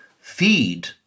feed